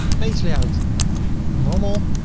page layout normal,